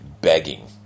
begging